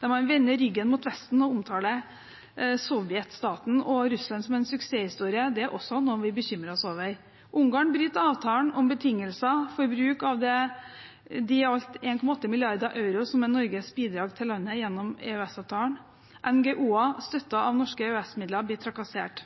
der man vender ryggen mot Vesten og omtaler sovjetstaten og Russland som en suksesshistorie, er også noe vi bekymrer oss over. Ungarn bryter avtalen om betingelsene for bruk av de i alt 1,8 mrd. euro som er Norges bidrag til landet gjennom EØS-avtalen, NGO-er støttet av norske EØS-midler blir trakassert.